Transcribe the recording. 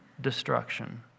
destruction